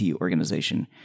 organization